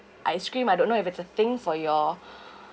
ice cream I don't know if it's a thing for your